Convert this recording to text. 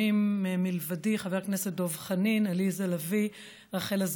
צעירות חסרות עורף רגשי וכלכלי,